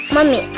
Mommy